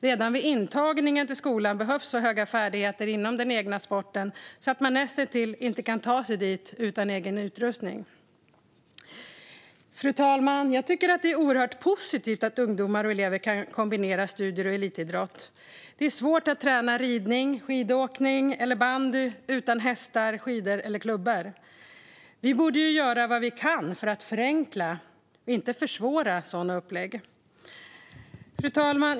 Redan vid intagningen till skolan behövs så goda färdigheter inom den egna sporten att man nästan inte kan ta sig dit utan egen utrustning. Fru talman! Jag tycker att det är oerhört positivt att ungdomar och elever kan kombinera studier och elitidrott. Det är svårt att träna ridning, skidåkning eller bandy utan hästar, skidor eller klubbor. Vi borde göra vad vi kan för att förenkla - inte försvåra - sådana upplägg. Fru talman!